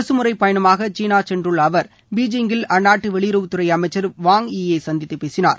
அரசு முறை பயணமாக சீனா சென்றுள்ள அவர் பீஜிங்கில் அந்நாட்டு வெளியுறவுத்துறை அமைச்சர் வாங் ஈ யை சந்தித்து பேசினார்